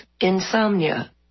insomnia